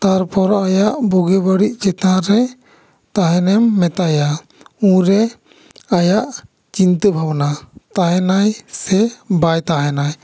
ᱛᱟᱨᱯᱚᱨ ᱟᱭᱟᱜ ᱵᱩᱜᱤ ᱵᱟᱹᱲᱤᱡ ᱪᱮᱛᱟᱱ ᱨᱮ ᱛᱟᱦᱮᱱ ᱮᱢ ᱢᱮᱛᱟᱭᱟ ᱩᱱ ᱨᱮ ᱟᱭᱟᱜ ᱪᱤᱱᱛᱟᱹ ᱵᱷᱟᱵᱽᱱᱟ ᱛᱟᱦᱮᱱᱟᱭ ᱥᱮ ᱵᱟᱭ ᱛᱟᱦᱮᱱᱟᱭ